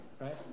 right